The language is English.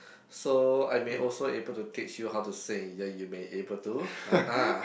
so I may also able to teach you how to sing ya you may able to